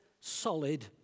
solid